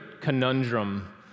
conundrum